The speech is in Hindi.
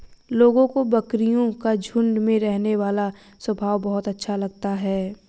लोगों को बकरियों का झुंड में रहने वाला स्वभाव बहुत अच्छा लगता है